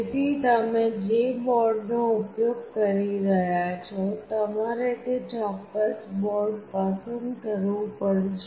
તેથી તમે જે બોર્ડનો ઉપયોગ કરી રહ્યાં છો તમારે તે જ ચોક્કસ બોર્ડ પસંદ કરવું પડશે